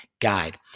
guide